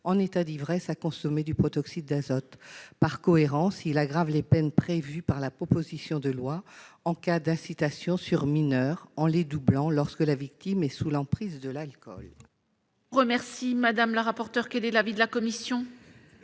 en état d'ivresse à consommer du protoxyde d'azote. Par cohérence, notre amendement tend à aggraver les peines prévues par la proposition de loi en cas d'incitation sur mineur en les doublant lorsque la victime est sous l'emprise de l'alcool.